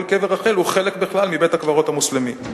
כל קבר רחל הוא חלק בכלל מבית-הקברות המוסלמי.